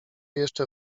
jeszcze